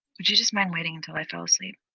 would you just mind waiting and till i fell asleep?